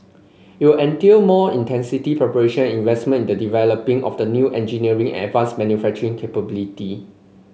it will entail more intensive preparation investment in the development of new engineering and advanced manufacturing capability